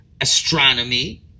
astronomy